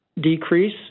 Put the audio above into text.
decrease